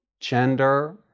gender